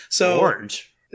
Orange